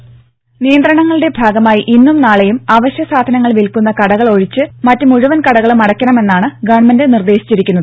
ദേദ നിയന്ത്രണങ്ങളുടെ ഭാഗമായി ഇന്നും നാളെയും അവശ്യസാധനങ്ങൾ വിൽക്കുന്ന കടകൾ ഒഴിച്ച് മറ്റു മുഴുവൻ കടകളും അടക്കണമെന്നാണ് ഗവൺമെന്റ് നിർദേശിച്ചിരിക്കുന്നത്